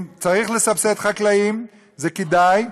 אם צריך לסבסד חקלאים זה כדאי,